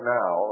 now